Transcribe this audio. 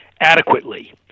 adequately